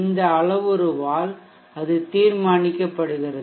இந்த அளவுருவால் அது தீர்மானிக்கப்படுகிறது